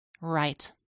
Right